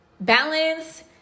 balance